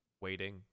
waiting